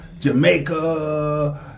Jamaica